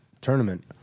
tournament